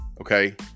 okay